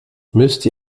müsst